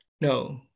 No